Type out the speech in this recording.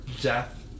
death